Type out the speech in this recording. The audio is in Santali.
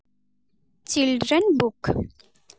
children book